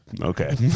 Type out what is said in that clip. okay